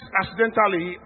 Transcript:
accidentally